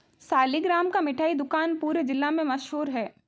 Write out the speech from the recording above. सालिगराम का मिठाई दुकान पूरे जिला में मशहूर है